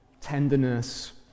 tenderness